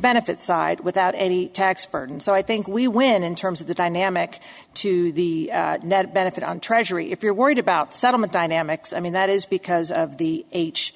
benefit side without any tax burden so i think we win in terms of the dynamic to the benefit on treasury if you're worried about settlement dynamics i mean that is because of the h